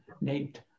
named